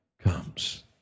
comes